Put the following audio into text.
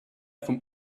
vom